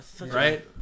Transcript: Right